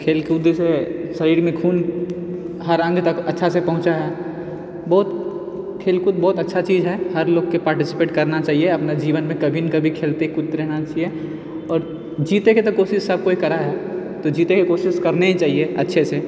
खेलकूदसँ शरीरमे खून हर अङ्ग तक अच्छासँ पहुँचै हइ बहुत खेलकूद बहुत अच्छा चीज हइ हर लोकके पार्टीसिपेट करना चाही अपने जीवनमे कभी ने कभी खेलते कूदते रहना चाही आओर जीतैके तऽ कोशिश सब कोई करऽ है तऽ जीतैके कोशिश करने ही चाही अच्छेसँ